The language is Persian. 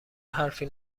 حرفی